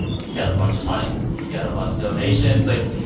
he got a bunch of money. he got a lot of donations. like,